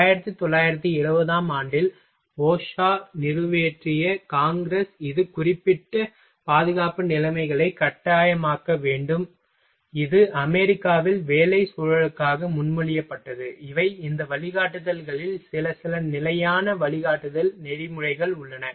1970 ஆம் ஆண்டில் OSHA நிறைவேற்றிய காங்கிரஸே இது குறிப்பிட்ட பாதுகாப்பு நிலைமைகளை கட்டாயமாக்க வேண்டும் இது அமெரிக்காவில் வேலை சூழலுக்காக முன்மொழியப்பட்டது இவை இந்த வழிகாட்டுதல்களில் சில சில நிலையான வழிகாட்டுதல் நெறிமுறைகள் உள்ளன